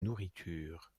nourriture